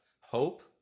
hope